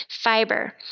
fiber